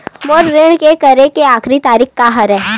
मोर ऋण के करे के आखिरी तारीक का हरे?